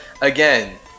again